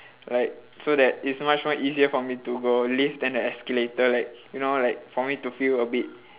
like so that it's much more easier for me to go lift than the escalator like you know like for me to feel a bit